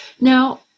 Now